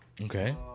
Okay